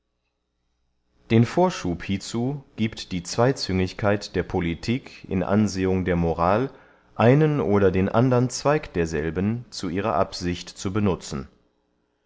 den vorschub hiezu giebt die zweyzüngigkeit der politik in ansehung der moral einen oder den andern zweig derselben zu ihrer absicht zu benutzen